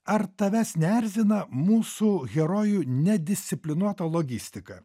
ar tavęs neerzina mūsų herojų nedisciplinuota logistika